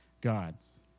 God's